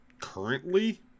Currently